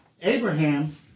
Abraham